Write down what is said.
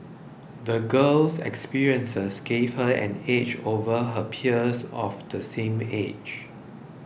the girl's experiences gave her an edge over her peers of the same age